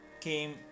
came